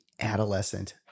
adolescent